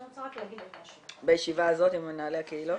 אני רוצה רק להגיד עוד משהו אחד -- בישיבה הזאת עם מנהלי הקהילות?